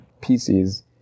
pieces